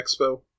expo